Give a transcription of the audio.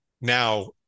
Now